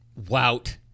Wout